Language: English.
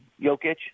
Jokic